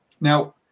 now